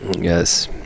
yes